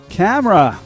camera